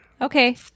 okay